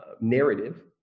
narrative